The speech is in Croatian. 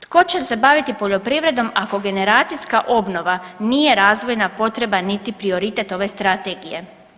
Tko će se baviti poljoprivredom ako generacijska obnova nije razvojna potreba niti prioritet ove strategije?